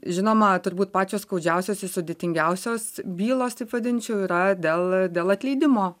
žinoma turbūt pačios skaudžiausios i sudėtingiausios bylos taip vadinčiau yra dėl dėl atleidimo